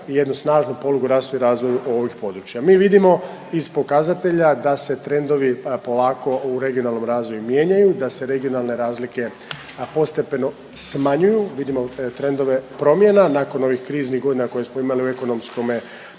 i jednu snažnu polugu rastu i razvoju ovih područja. Mi vidimo iz pokazatelja da se trendovi polako u regionalnom razvoju mijenjaju, da se regionalne razlike postepeno smanjuju, vidimo trendove promjena nakon ovih kriznih godina koje smo imali u ekonomskome smislu.